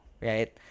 right